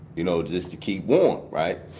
you know, just to keep warm, right.